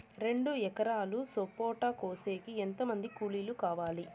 రెండు ఎకరాలు సపోట కోసేకి ఎంత మంది కూలీలు కావాలి?